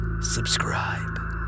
subscribe